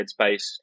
headspace